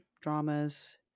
dramas